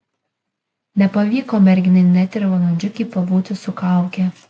nepavyko merginai net ir valandžiukei pabūti su kauke